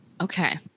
Okay